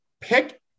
Pick